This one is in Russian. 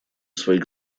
своих